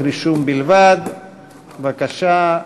בבקשה,